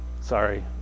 sorry